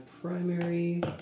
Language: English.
primary